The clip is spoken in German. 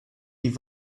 die